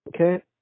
Okay